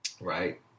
right